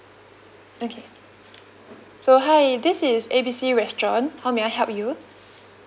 okay so hi this is A B C restaurant how may I help you